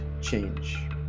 change